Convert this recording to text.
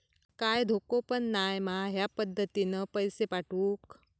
काय धोको पन नाय मा ह्या पद्धतीनं पैसे पाठउक?